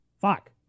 Fuck